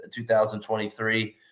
2023